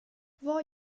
vad